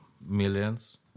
millions